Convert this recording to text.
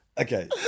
Okay